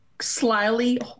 Slyly